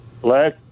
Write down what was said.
Black